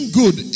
good